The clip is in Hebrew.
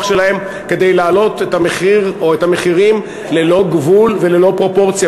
שלהם כדי להעלות את המחירים ללא גבול וללא פרופורציה.